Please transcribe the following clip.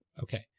okay